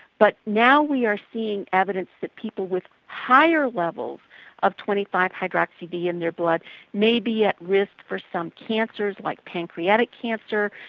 but now we are seeing evidence that people with higher levels of twenty five hydroxy d in their blood may be at risk for some cancers like pancreatic cancer,